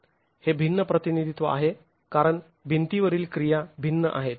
हे भिन्न प्रतिनिधित्व आहे कारण भिंतीवरील क्रिया भिन्न आहेत